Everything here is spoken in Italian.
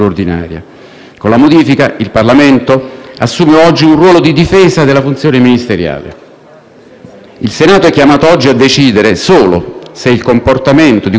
Il Senato è chiamato oggi a decidere solo se il comportamento di cui è accusato il Ministro sia coperto dalle scriminanti previste dall'articolo 9,